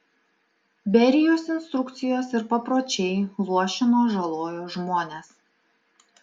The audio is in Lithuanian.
berijos instrukcijos ir papročiai luošino žalojo žmones